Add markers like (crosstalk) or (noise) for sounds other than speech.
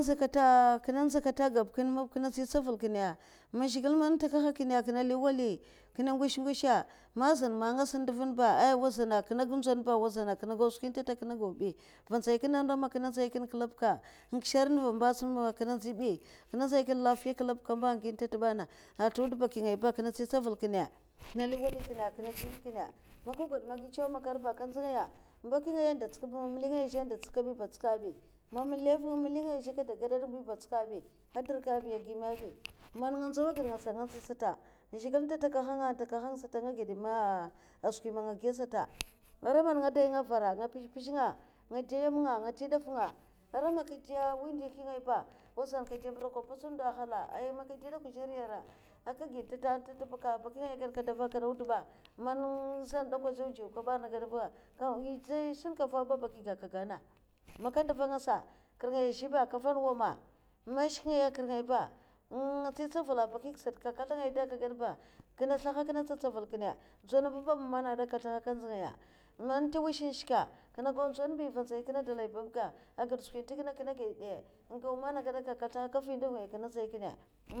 Nɗza kata man kinè ndza kata a gab kinè maba kinè tsi tsavul kinè man zhigilè takaha kinè kinè li wali kinne ngosh ngosha, amn zune man nasa nduvna ba ai wazana kuna gau nzon me wazana kinne gau skwi nte nta kata kinne gau bi, nva nzai kinne ara man kinne nzayi nkinne ka bi ka nkishar nduva amba sum man kinna nzyi bi, kinna nzey kinna lafiya kal kabi amba giu mba na ah zluda baki ngaya nkinna nzai kinna akainna nsti ntsaval kina kinna li wali kinna kinna gim e kina' man ka gwoda chew'makar ba nka nzyi ngaya, bak ngaya zhe n'da ntsik ba mali ngaya zhe an'da ntsika man'ka gau mali ba an'tsika bi an dirka bi a'gui me bi, man nga nzau agide nasa nga nziy sata zhigile da ntakahank nga asada takahanga sata, anga ged ma skwim' man nga giya sata. nwara man nga dey nga avara nga mpez mpeza nga, nga dey nyema nga nga ntey daf nga, ara man nka deu mwi ndihi ngai ba, wa zan ka dey buroka ampotsin de? Hala!! Ai man ka dey dekwa zar ya nri aka giu ntenta ata bi ka, baki ngaya ged ka dwo vak'kadau da ba, man zan de kwa a dzaw dzaw ka ba na to ai shinka mva ba baki ga aka gana, man ka ndeva nasa kre ngaya ah zhe ba ka nvan nwa a ma' man shke nwa kre ngaya ba nga nzyi ntsaval baki'sata kadzla 'ngay de a kaga na'ba, kinna slaha nza ntsaval kinna ndzon baba mama nagadak nga nzyi ngaya, man tawash shika kinè gi ndzon bi nva nzay kinna dalai babga, agide skwi nta akinn gi ndzon de gui meme na gada'kine' kinna slaha kinne nfyi nduv kine' akine nzay kine. (noise)